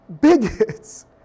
bigots